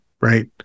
right